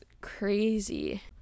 crazy